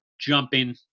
jumping